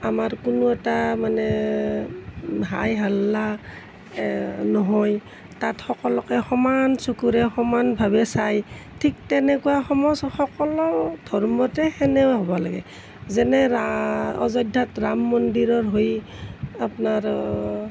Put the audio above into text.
আমাৰ কোনো এটা মানে হাই হাল্লা নহয় তাত সকলোকে সমান চকুৰে সমানভাৱে চায় ঠিক তেনেকুৱা সকলো ধৰ্মতে সেনে হ'ব লাগে যেনে অযোধ্যাত ৰাম মন্দিৰৰ হৈ আপোনাৰ